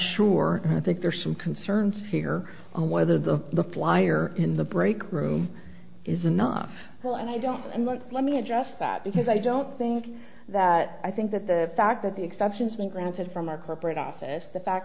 sure i think there are some concerns here on whether the the flyer in the breakroom is not well and i don't and won't let me adjust that because i don't think that i think that the fact that the exceptions mean granted from a corporate office the fact